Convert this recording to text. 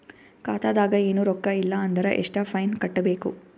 ಖಾತಾದಾಗ ಏನು ರೊಕ್ಕ ಇಲ್ಲ ಅಂದರ ಎಷ್ಟ ಫೈನ್ ಕಟ್ಟಬೇಕು?